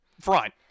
front